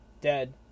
dead